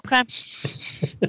Okay